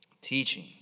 Teaching